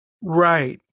right